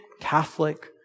Catholic